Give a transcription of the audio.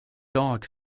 dog